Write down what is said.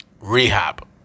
Rehab